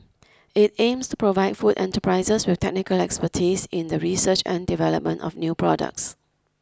it aims to provide food enterprises with technical expertise in the research and development of new products